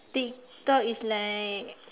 tik tok is like